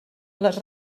les